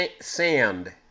sand